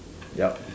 yup